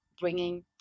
bringing